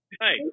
Hey